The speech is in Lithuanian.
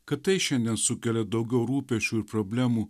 kad tai šiandien sukelia daugiau rūpesčių ir problemų